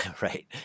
right